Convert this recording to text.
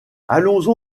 alonso